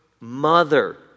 mother